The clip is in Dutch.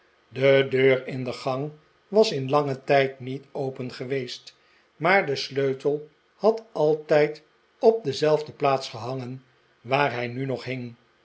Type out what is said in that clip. de deur in de gang was in langen tijd niet open geweest maar de sleutel had altijd op dezelfde plaats gehangen waar hij nu nog hing